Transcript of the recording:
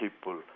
people